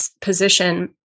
position